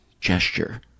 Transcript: gesture